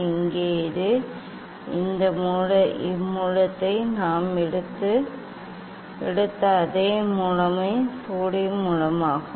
இங்கே இது இந்த மூலத்தை நாம் எடுத்த அந்த மூலமே சோடியம் மூலமாகும்